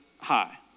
high